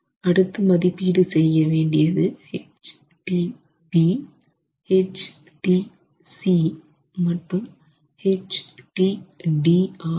அடுத்து மதிப்பீடு செய்ய வேண்டியது H tB H tC மற்றும் H tD ஆகும்